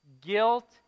guilt